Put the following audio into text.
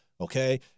Okay